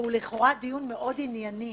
והוא לכאורה דיון מאוד ענייני,